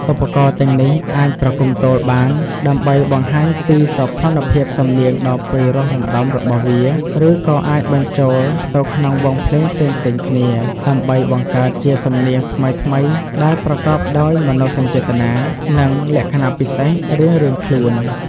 ឧបករណ៍ទាំងនេះអាចប្រគំទោលបាន ដើម្បីបង្ហាញពីសោភណភាពសំនៀងដ៏ពីរោះរណ្តំរបស់វា ឬក៏អាចបញ្ចូលទៅក្នុងវង់ភ្លេងផ្សេងៗគ្នា ដើម្បីបង្កើតជាសំនៀងថ្មីៗដែលប្រកបដោយមនោសញ្ចេតនា និងលក្ខណៈពិសេសរៀងៗខ្លួន។